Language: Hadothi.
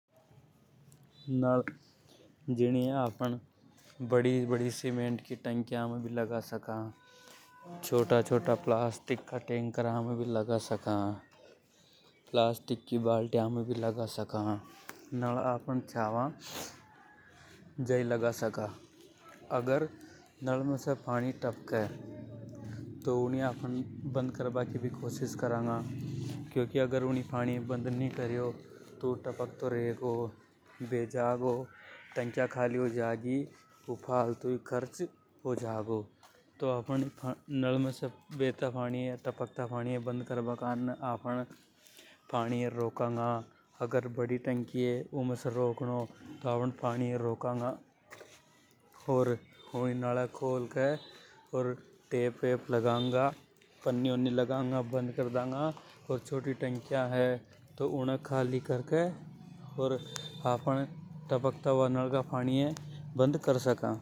नल, नल जीनिए आपन बड़ी बड़ी सीमेंट की टंकिया में लगा सका। छोटा छोटा प्लास्टिक का टंकारा में लगा सका, प्लास्टिक की बाल्टियां में भी लगा सका। नल आपन जा छावां जा लगा सका। अगर नल में से पानी टपके तो आपन अनिया बंद भी कर सका। क्योंकि अगर ऊ पानी ये बंद नि करा तो ऊ बे जागो तो टंकिया खाली हो जागो पानी। ऊ फालतू ही खर्च हो जागो। अगर बड़ी टंकी हे तो पानी ये रोकांगा, ओर यूनियें। नल ये खोल दे टेप वैप लगंगा, पन्नी बन्नी लगंगा । ओर यूनियें बंद कर दंगा।